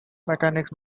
mechanics